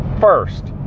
first